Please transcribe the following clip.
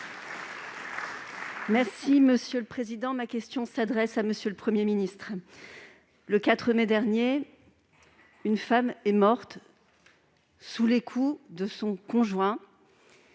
Les Républicains. Ma question s'adresse à M. le Premier ministre. Le 4 mai dernier, une femme est morte sous les coups de son conjoint.